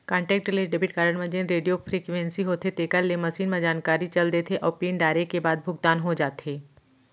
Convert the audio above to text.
contactless debit card म जेन radio frequency होथे तेकर ले मसीन म जानकारी चल देथे अउ पिन डारे के बाद भुगतान हो जाथे